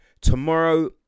Tomorrow